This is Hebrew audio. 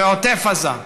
מה חבל עזה, ועוטף עזה.